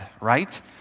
right